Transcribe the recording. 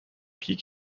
pik